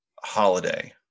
holiday